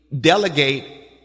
delegate